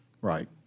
right